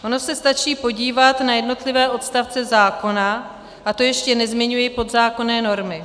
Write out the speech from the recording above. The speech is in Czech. Ono se stačí podívat na jednotlivé odstavce zákona, a to ještě nezmiňuji podzákonné normy.